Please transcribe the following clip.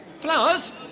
Flowers